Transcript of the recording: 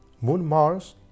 Moon-Mars